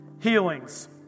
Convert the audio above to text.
Healings